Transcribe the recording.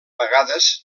vegades